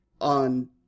on